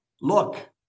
look